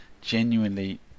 genuinely